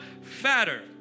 fatter